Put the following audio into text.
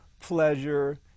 pleasure